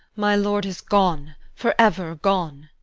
my lord is gone, for ever gone.